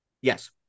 Yes